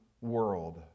world